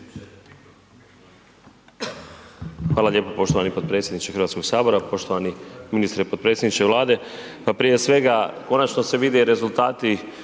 Hvala lijepo poštovani potpredsjedniče HS-a, poštovani ministre i potpredsjedniče Vlade. Pa prije svega, konačno se vide i rezultati